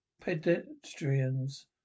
pedestrians